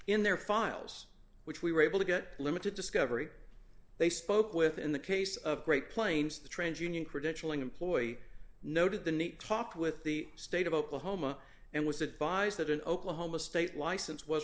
in their files which we were able to get limited discovery they spoke with in the case of great plains the trans union credentialing employee noted the need talk with the state of oklahoma and was advised that an oklahoma state license was